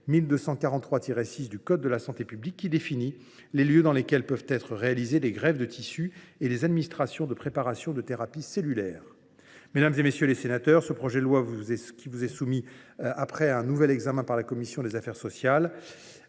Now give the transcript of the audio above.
1243 6 du code de la santé publique, qui définit les lieux dans lesquels peuvent être réalisées les greffes de tissus et les administrations de préparations de thérapie cellulaire. Mesdames, messieurs les sénateurs, ce projet de loi vous est soumis après un nouvel examen attentif par votre commission des affaires sociales.